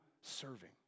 serving